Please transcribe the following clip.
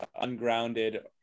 ungrounded